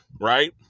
Right